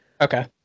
okay